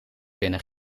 binnen